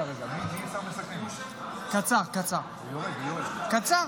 קצר, קצר.